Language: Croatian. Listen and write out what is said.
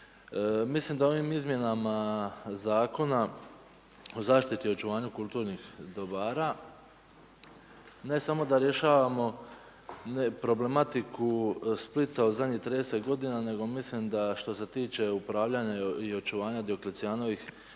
Mislim da ovim izmjenama Zakona o zaštitit i očuvanju kulturnih dobara ne samo da rješavamo problematiku Splita u zadnjih 30 g. nego mislim da što se tiče upravljanja i očuvanja Dioklecijanovih